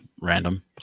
random